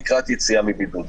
לקראת יציאה מבידוד.